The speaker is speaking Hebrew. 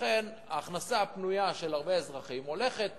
לכן ההכנסה הפנויה של הרבה אזרחים הולכת